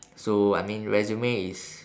so I mean resume is